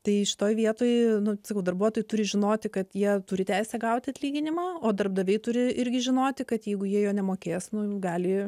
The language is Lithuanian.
tai šitoj vietoj sakau darbuotojai turi žinoti kad jie turi teisę gauti atlyginimą o darbdaviai turi irgi žinoti kad jeigu jie jo nemokės nu gali